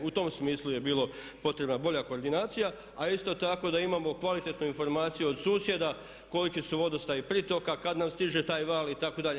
U tom smislu je bilo potrebna bolja koordinacija, a isto tako da imamo kvalitetnu informaciju od susjeda koliki su vodostaji pritoka, kad nam stiže taj val itd.